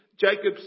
Jacob's